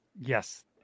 Yes